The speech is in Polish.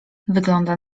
wygląda